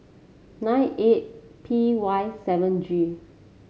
nine eight P Y seven G